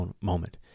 moment